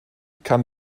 kann